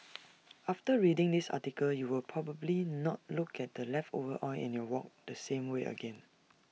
after reading this article you will probably not look at the leftover oil in your wok the same way again